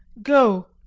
go!